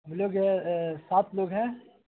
ہم لوگ ہیں سات لوگ ہیں